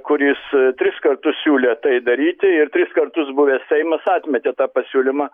kuris tris kartus siūlė tai daryti ir tris kartus buvęs seimas atmetė tą pasiūlymą